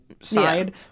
side